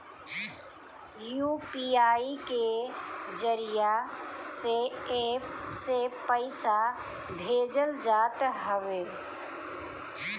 UPI के जरिया से एप्प से पईसा भेजल जात हवे